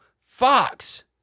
Fox